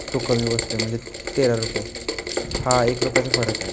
तो कमी बसतो आहे म्हणजे तेरा रुपये हां एक रुपयाचा फरक आहे